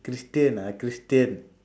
christian ah christian